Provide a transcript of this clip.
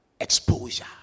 exposure